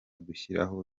dushyiraho